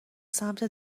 سمت